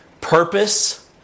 purpose